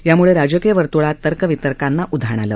याम्ळे राजकीय वर्त्वळात तर्क वितर्कांना उधाण आलं